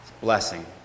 Blessing